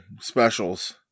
specials